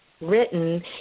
written